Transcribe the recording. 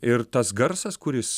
ir tas garsas kuris